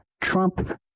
Trump